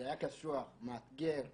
זה היה קשוח, מאתגר,